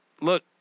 look